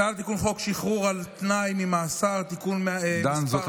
הצעת תיקון הצעת חוק שחרור על תנאי ממאסר (תיקון מס' 17,